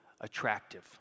attractive